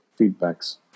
feedbacks